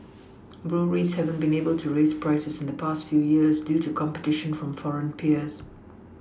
breweries hadn't been able to raise prices in the past few years due to competition from foreign peers